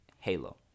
Halo